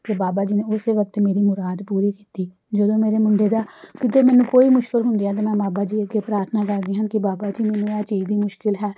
ਅਤੇ ਬਾਬਾ ਜੀ ਨੇ ਉਸੇ ਵਕਤ ਮੇਰੀ ਮੁਰਾਦ ਪੂਰੀ ਕੀਤੀ ਜਦੋਂ ਮੇਰੇ ਮੁੰਡੇ ਦਾ ਕਦੇ ਮੈਨੂੰ ਕੋਈ ਮੁਸ਼ਕਿਲ ਹੁੰਦੀ ਆ ਅਤੇ ਮੈਂ ਬਾਬਾ ਜੀ ਅੱਗੇ ਪ੍ਰਾਥਨਾ ਕਰਦੀ ਹਨ ਕਿ ਬਾਬਾ ਜੀ ਮੈਨੂੰ ਐਹ ਚੀਜ਼ ਦੀ ਮੁਸ਼ਕਿਲ ਹੈ